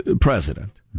President